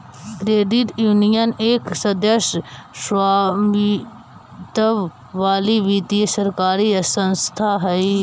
credit union एक सदस्य स्वामित्व वाली वित्तीय सरकारी संस्था हइ